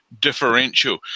differential